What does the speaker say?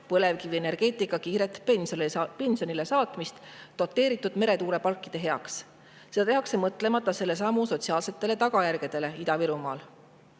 põlevkivienergeetika kiiret pensionile saatmist doteeritud meretuuleparkide heaks. Seda tehakse mõtlemata selle sammu sotsiaalsetele tagajärgedele Ida-Virumaal.